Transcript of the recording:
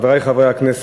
חברי חברי הכנסת,